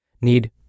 need